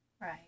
Right